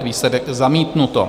Výsledek: zamítnuto.